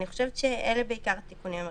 אני חושבת שאלה בעיקר התיקונים.